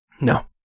No